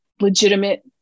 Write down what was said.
legitimate